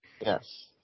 Yes